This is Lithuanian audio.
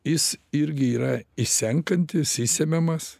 jis irgi yra išsenkantis išsemiamas